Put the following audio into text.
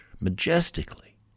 majestically